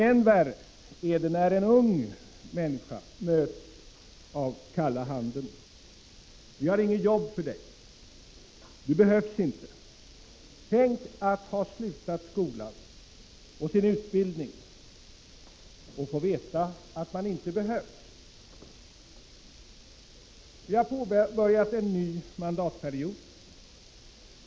Än värre är det när en ung människa möts av kalla handen: Vi har inget jobb för dig, du behövs inte. Tänk att ha slutat skolan och sin utbildning och få veta att man inte behövs. Vi har påbörjat en ny mandatperiod.